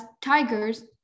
tigers